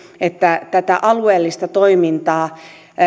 että tätä alueellista toimintaa